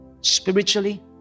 Spiritually